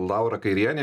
laura kairienė